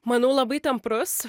manau labai tamprus